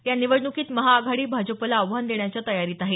या निवडणूकीत महाआघाडी भाजपला आव्हान देण्याच्या तयारीत आहे